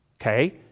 okay